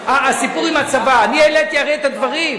הסיפור עם הצבא, אני העליתי הרי את הדברים.